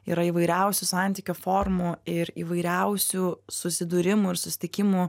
yra įvairiausių santykio formų ir įvairiausių susidūrimų ir susitikimų